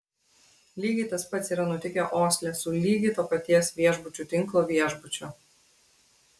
lygiai tas pats yra nutikę osle su lygiai to paties viešbučių tinklo viešbučiu